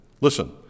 Listen